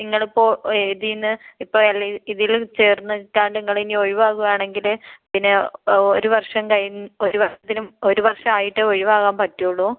നിങ്ങളിപ്പോൾ ഇതിൽ നിന്ന് ഇപ്പോൾ എൽ ഐ ഇതിൽ ചേർന്നിട്ടാൽ നിങ്ങളിനി ഒഴിവാകുകയാണെങ്കിൽ പിന്നെ ഒരു വർഷം കഴിഞ് ഒരു വർഷത്തിന് ഒരു വർഷം ആയിട്ടേ ഒഴിവാകാൻ പറ്റുകയുള്ളു